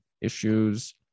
issues